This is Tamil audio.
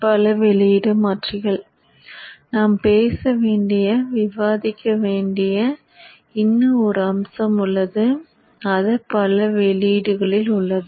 பல வெளியீடு மாற்றிகள் நாம் பேச வேண்டிய விவாதிக்க வேண்டிய இன்னும் ஒரு அம்சம் உள்ளது அது பல வெளியீடுகளில் உள்ளது